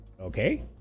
Okay